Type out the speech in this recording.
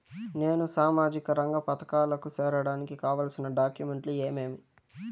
నేను సామాజిక రంగ పథకాలకు సేరడానికి కావాల్సిన డాక్యుమెంట్లు ఏమేమీ?